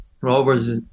Rovers